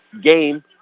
game